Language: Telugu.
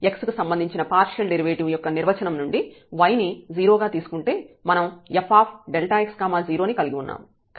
x కి సంబంధించిన పార్షియల్ డెరివేటివ్ యొక్క నిర్వచనం నుండి y ని 0 గా తీసుకుంటే మనం fx0 ని కలిగి ఉన్నాము